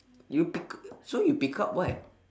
you pick up so you pick up what